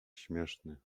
śmieszny